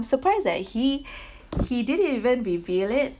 surprise that he he didn't even reveal it